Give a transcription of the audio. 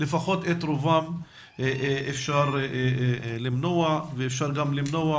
לפחות את רובן אפשר למנוע ואפשר גם למנוע